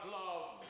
love